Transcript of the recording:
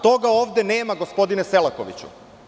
Toga ovde nema gospodine Selakoviću.